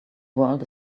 world